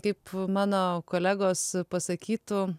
kaip mano kolegos pasakytų